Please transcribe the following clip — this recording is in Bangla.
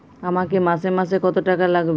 আমাকে মাসে মাসে কত টাকা লাগবে?